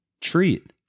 treat